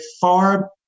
far